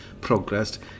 progressed